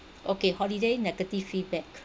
okay holiday negative feedback